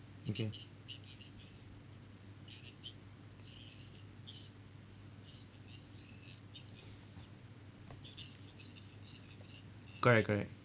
okay correct correct